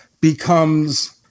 becomes